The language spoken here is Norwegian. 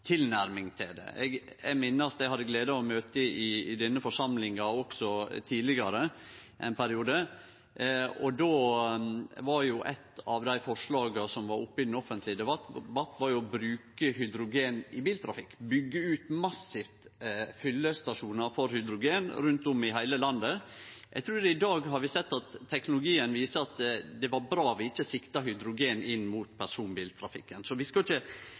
tilnærming til det. Eg minnest at eg hadde gleda av å møte i denne forsamlinga også i ein tidlegare periode, og då var eit av dei forslaga som var oppe i den offentlege debatten, å bruke hydrogen i biltrafikken, byggje ut massivt med fyllestasjonar for hydrogen rundt om i heile landet. Eg trur at i dag ser vi at teknologien viser at det var bra vi ikkje sikta hydrogen inn mot personbiltrafikken. Så vi skal ikkje